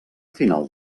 final